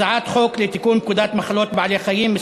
הצעת חוק לתיקון פקודת מחלות בעלי-חיים (מס'